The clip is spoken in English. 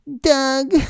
Doug